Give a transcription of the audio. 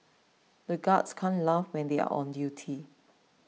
the guards can't laugh when they are on duty